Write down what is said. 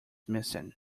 missing